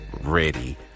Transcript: ready